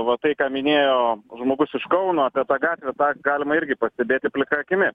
va tai ką minėjo žmogus iš kauno apie tą gatvę tą galima irgi pastebėti plika akimi